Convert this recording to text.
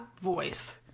voice